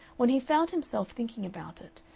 when he found himself thinking about it,